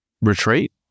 retreat